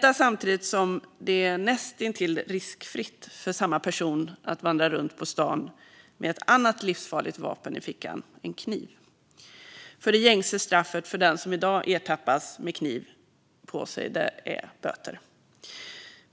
Men samtidigt är det nästintill riskfritt för samma person att vandra runt på stan med ett annat livsfarligt vapen i fickan, nämligen en kniv. Det gängse straffet för den som i dag ertappas med kniv på sig är böter.